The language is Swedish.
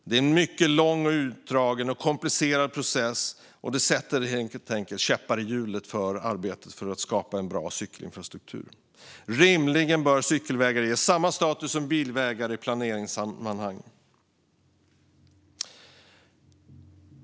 Det är mycket långa, utdragna och komplicerade processer som sätter käppar i hjulet för arbetet med att skapa bra cykelinfrastruktur. Rimligen bör cykelvägar ges samma status som bilvägar i planeringsammanhang.